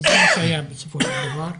וזה מה שהיה בסופו של דבר.